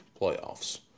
playoffs